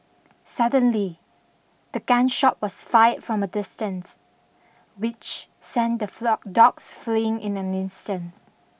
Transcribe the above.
suddenly the gun shot was fired from a distance which sent the dogs fleeing in an instant